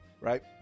Right